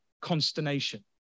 consternation